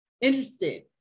interested